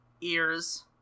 Ears